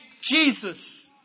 Jesus